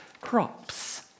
crops